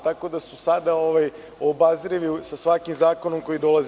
Tako da su sada obazrivi sa svakim zakonom koji dolazi.